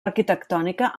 arquitectònica